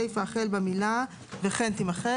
הסיפא החל במילה "וכן" תימחק.